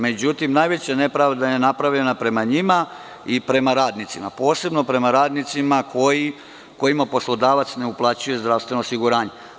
Međutim, najveća nepravda je napravljena prema njima i prema radnicima, posebno prema radnicima kojima poslodavac ne uplaćuje zdravstveno osiguranje.